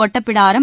Ottapidaram